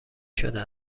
شده